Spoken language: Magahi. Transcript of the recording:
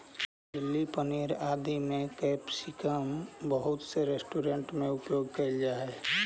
चिली पनीर इत्यादि में कैप्सिकम बहुत से रेस्टोरेंट में उपयोग करल जा हई